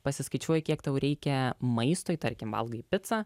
pasiskaičiuoji kiek tau reikia maistui tarkim valgai picą